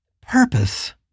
purpose